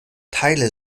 teile